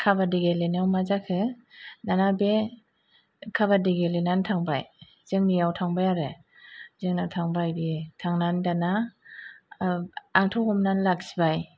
काबादि गेलेनायाव मा जाखो दाना बे काबादि गेलेनानै थांबाय जोंनियाव थांबाय आरो जोंनाव थांबाय बियो थांनानै दाना ओह आंथ' हमना लाखिबाय